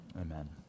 Amen